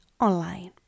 online